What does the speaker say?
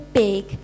big